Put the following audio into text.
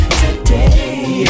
today